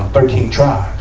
thirteen tribes.